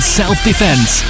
self-defense